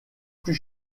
plus